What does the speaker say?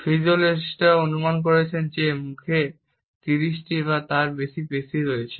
ফিজিওলজিস্টরা অনুমান করেছেন যে মুখে 30টি বা তার বেশি পেশী রয়েছে